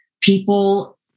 people